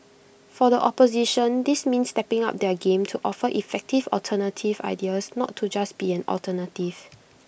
for the opposition this means stepping up their game to offer effective alternative ideas not to just be an alternative